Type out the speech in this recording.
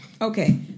Okay